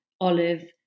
Olive